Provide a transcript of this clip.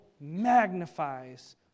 magnifies